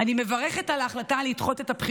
אני מברכת על ההחלטה לדחות את הבחירות